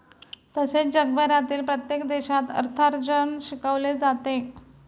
तसेच जगभरातील प्रत्येक देशात अर्थार्जन शिकवले जाते